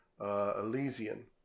Elysian